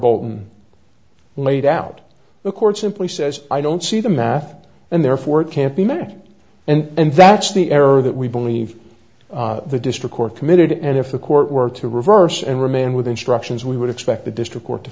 bolton laid out the court simply says i don't see the math and therefore it can't be met and that's the error that we believe the district court committed and if the court were to reverse and remand with instructions we would expect the district court to